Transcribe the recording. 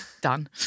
done